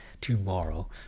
tomorrow